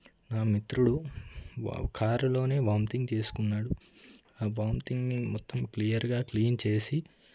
నా మిత్రుడు కారులోనే వాంథింగ్ చేసుకున్నాడు ఆ వాంథింగ్ మొత్తం క్లియర్గా క్లీన్ చేసి